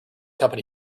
company